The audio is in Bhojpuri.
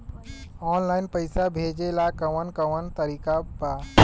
आनलाइन पइसा भेजेला कवन कवन तरीका बा?